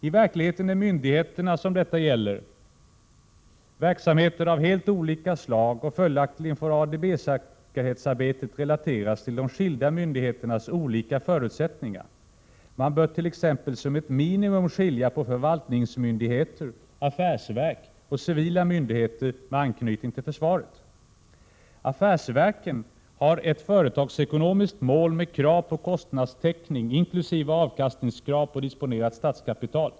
I verkligheten bedriver de myndigheter detta gäller verksamheter av helt olika slag, och följaktligen får ADB-säkerhetsarbetet relateras till de skilda myndigheternas olika förutsättningar. Man bört.ex. som ett minimum skilja på förvaltningsmyndigheter, affärsverk och civila myndigheter med anknytning till försvaret. Affärsverken har ett företagsekonomiskt mål med krav på kostnadstäckning, inkl. avkastningskrav på disponerat statskapital.